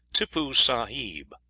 tippoo sahib,